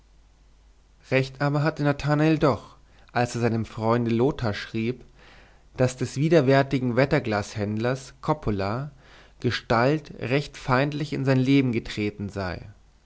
recht hatte aber nathanael doch als er seinem freunde lothar schrieb daß des widerwärtigen wetterglashändlers coppola gestalt recht feindlich in sein leben getreten sei